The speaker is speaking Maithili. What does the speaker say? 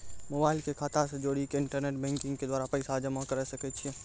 मोबाइल के खाता से जोड़ी के इंटरनेट बैंकिंग के द्वारा पैसा जमा करे सकय छियै?